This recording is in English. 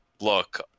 look